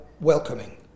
welcoming